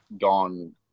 gone